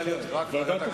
אחד,